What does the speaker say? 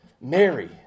Mary